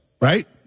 Right